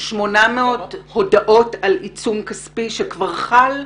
800 הודעות על עיצום כספי שכבר חל,